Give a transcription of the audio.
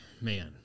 man